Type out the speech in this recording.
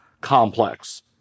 complex